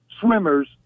swimmers